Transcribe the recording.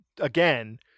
again